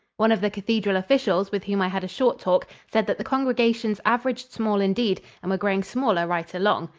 one of the cathedral officials with whom i had a short talk said that the congregations averaged small indeed and were growing smaller right along.